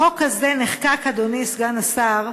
החוק הזה נחקק, אדוני סגן השר,